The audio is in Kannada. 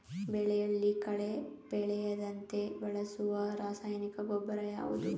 ಬೆಳೆಯಲ್ಲಿ ಕಳೆ ಬೆಳೆಯದಂತೆ ಬಳಸುವ ರಾಸಾಯನಿಕ ಗೊಬ್ಬರ ಯಾವುದು?